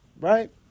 Right